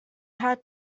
had